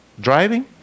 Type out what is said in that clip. Driving